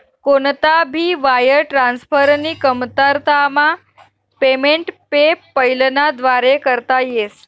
कोणता भी वायर ट्रान्सफरनी कमतरतामा पेमेंट पेपैलना व्दारे करता येस